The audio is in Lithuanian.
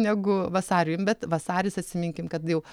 negu vasariui bet vasaris atsiminkim kad jau